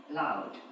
loud